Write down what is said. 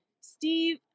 Steve